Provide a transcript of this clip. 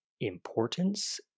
importance